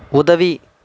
உதவி